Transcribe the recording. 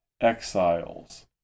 exiles